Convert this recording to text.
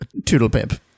toodlepip